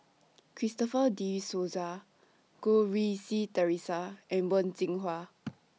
Christopher De Souza Goh Rui Si Theresa and Wen Jinhua